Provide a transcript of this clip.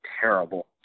terrible